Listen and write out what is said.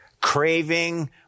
craving